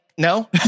No